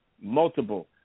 multiple